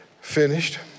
finished